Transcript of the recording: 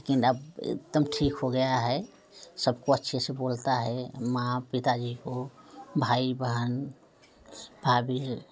अब एकदम ठीक हो गया है सबको अच्छे से बोलता है माँ पिता जी को भाई बहन भाभी से